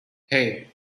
hey